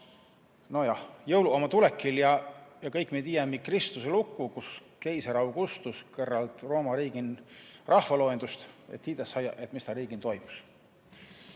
Nojah, jõuluq ommaq tulõkil ja kõik mi tiämi Kristuse lugu, kus keiser Augustus kõrrald Rooma riigin rahvaloendusõ, et tiidä saija, mis tä riigin toimus.